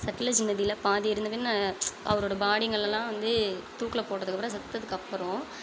சட்லஜ் நதியில பாதி எரிந்த பின் அவரோட பாடிங்கள்லலாம் வந்து தூக்கில் போட்டதுக்கப்புறம் செத்ததுக்கு அப்பறம்